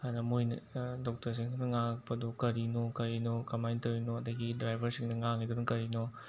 ꯑꯗ ꯃꯣꯏꯅ ꯗꯣꯛꯇꯔꯁꯤꯡꯗꯨꯅ ꯉꯥꯡꯉꯛꯄꯗꯣ ꯀꯔꯤꯅꯣ ꯀꯩꯅꯣ ꯀꯃꯥꯏꯅ ꯇꯧꯔꯤꯅꯣ ꯑꯗꯒꯤ ꯗ꯭ꯔꯥꯏꯚꯔꯁꯤꯡꯅ ꯉꯥꯡꯉꯤꯗꯨꯅ ꯀꯔꯤꯅꯣ